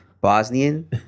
Bosnian